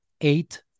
eight